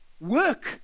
work